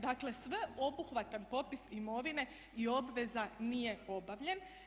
Dakle sveobuhvatan popis imovine i obveza nije obavljen.